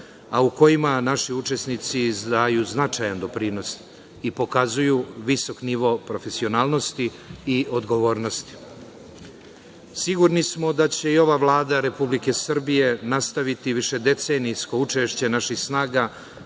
a u kojima naši učesnici daju značajan doprinos i pokazuju visok nivo profesionalnosti i odgovornosti. Sigurni smo da će i ova Vlada Republike Srbije nastaviti višedecenijsko učešće naših snaga